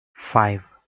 five